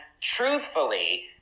truthfully